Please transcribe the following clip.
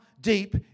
deep